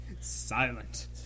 Silent